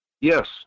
Yes